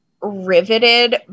riveted